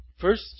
First